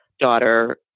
daughter